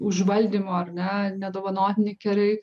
užvaldymo ar ne nedovanotini kerai